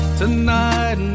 tonight